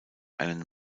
einen